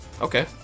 Okay